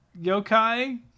Yokai